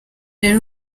rero